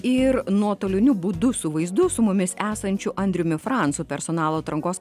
ir nuotoliniu būdu su vaizdu su mumis esančiu andriumi francu personalų atrankos